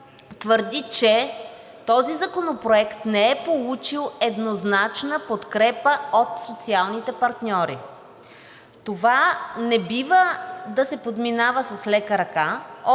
твърди, че този законопроект не е получил еднозначна подкрепа от социалните партньори. Това не бива да се подминава с лека ръка,